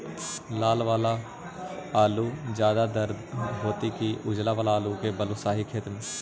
लाल वाला आलू ज्यादा दर होतै कि उजला वाला आलू बालुसाही खेत में?